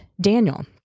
Daniel